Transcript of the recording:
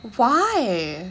why